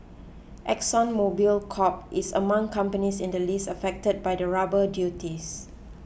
Exxon Mobil Corp is among companies in the list affected by the rubber duties